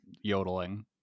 yodeling